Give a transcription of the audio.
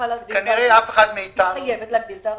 כנראה אף אחד מאתנו --- המדינה צריכה להגדיל את הערבות.